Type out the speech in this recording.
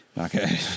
Okay